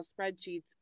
spreadsheets